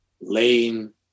laying